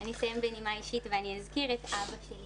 אני אסיים בנימה אישית ואני אזכיר את אבא שלי